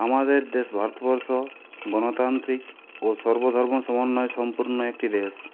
আমাদের দেশ ভারতবর্ষ গণতান্ত্রিক ও সর্ব ধর্ম সমন্বয়ে সম্পূর্ণ একটি দেশ